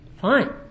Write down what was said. Fine